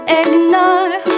ignore